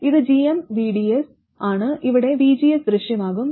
ഇത് gmvgs ആണ് ഇവിടെ vgs ദൃശ്യമാകും